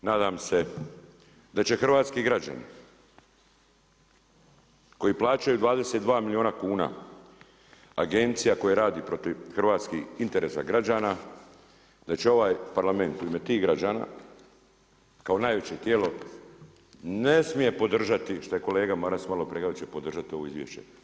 Prema tome, nadam se da će hrvatski građani koji plaćaju 22 milijuna kuna, agencija koja radi protiv hrvatskih interesa građana da će ovaj Parlament u ime tih građana kao najveće tijelo ne smije podržati što je kolega Maras malo prije rekao da će podržati ovo izvješće.